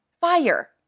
fire